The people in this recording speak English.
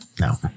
No